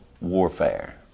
warfare